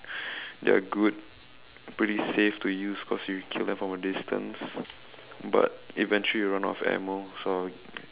they are good pretty safe to use cause you kill them from a distance but eventually you will run out of ammo so